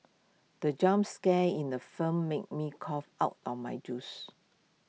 the jump scare in the film made me cough out my juice